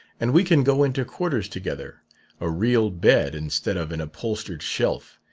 and we can go into quarters together a real bed instead of an upholstered shelf,